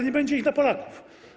Nie będzie ich dla Polaków.